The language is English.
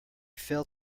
felt